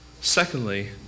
Secondly